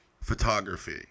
Photography